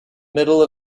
middle